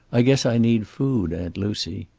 i guess i need food, aunt lucy.